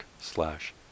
slash